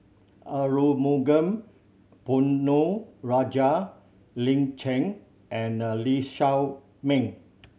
Arumugam Ponnu Rajah Lin Chen and Lee Shao Meng